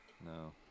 No